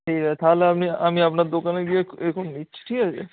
ঠিক আছে তাহলে আমি আমি আপনার দোকানে গিয়ে এখন নিচ্ছি ঠিক আছে